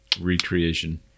recreation